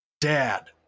dad